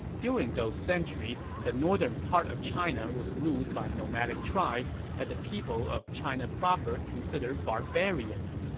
during those centuries, the northern part of china was ruled by nomadic tribes that the people of china proper considered barbarians.